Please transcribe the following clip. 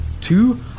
Two